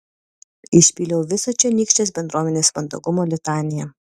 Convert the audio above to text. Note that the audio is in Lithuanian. išpyliau visą čionykštės bendruomenės mandagumo litaniją